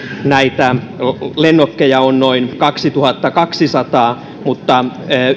lennokkeja on noin kaksituhattakaksisataa mutta